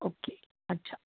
okay अच्छा